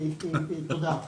תודה.